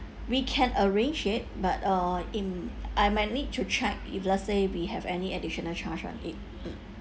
we can arrange it but uh in I might need to check if let's say we have any additional charge on it mm